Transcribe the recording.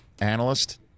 analyst